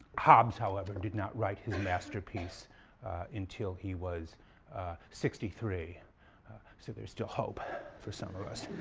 hobbes, however, did not write his masterpiece until he was sixty three so there's still hope for some of us.